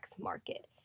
market